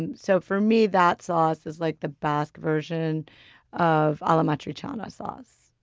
and so for me, that sauce is like the basque version of all'amatriciana sauce.